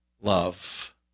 love